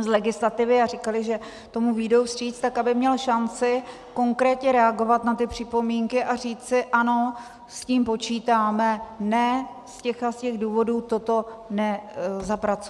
z legislativy, a říkali, že tomu vyjdou vstříc, tak aby měl šanci konkrétně reagovat na ty připomínky a říci: ano, s tím počítáme, ne, z těch a z těch důvodů toto nezapracujeme.